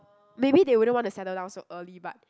maybe they wouldn't want to settle down so early but